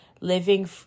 living